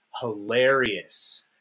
hilarious